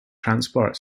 transport